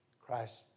Christ